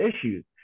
issues